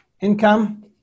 Income